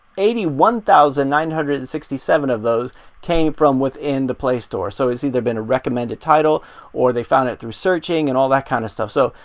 eighty one, nine hundred and sixty seven of those came from within the play store. so it's either been a recommended title or they found it through searching and all that kind of stuff. so,